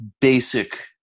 basic